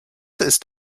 ist